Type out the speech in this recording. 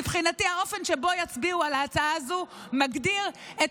מבחינתי האופן שבו יצביעו על ההצעה הזו מגדיר את